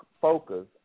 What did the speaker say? focus